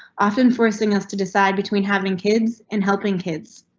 often forcing us to decide between having kids? and helping kids?